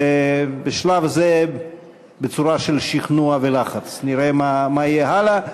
בשלב זה בצורה של שכנוע ולחץ, ונראה מה יהיה הלאה.